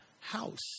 house